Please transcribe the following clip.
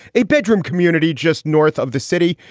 a bedroom community just north of the city.